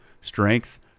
strength